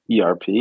ERP